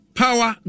power